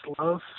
love